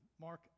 Mark